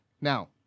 Now